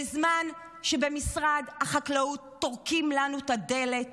בזמן שבמשרד החקלאות טורקים לנו את הדלת